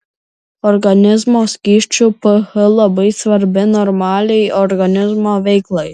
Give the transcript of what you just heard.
organizmo skysčių ph labai svarbi normaliai organizmo veiklai